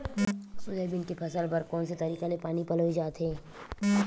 Soybean के फसल बर कोन से तरीका ले पानी पलोय जाथे?